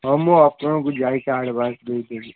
ହଉ ମୁଁ ଆପଣଙ୍କୁ ଯାଇକି ଆଡ଼ଭାନ୍ସ ଦେଇଦେବି